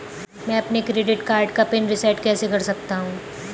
मैं अपने credit card का पिन रिसेट कैसे कर सकता हूँ?